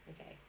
Okay